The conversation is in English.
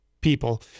people